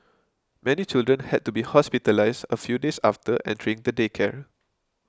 many children had to be hospitalised a few days after entering the daycare